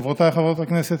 חברותיי חברות הכנסת,